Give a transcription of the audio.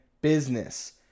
business